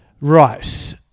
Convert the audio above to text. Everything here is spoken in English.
Right